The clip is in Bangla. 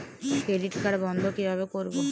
ক্রেডিট কার্ড বন্ধ কিভাবে করবো?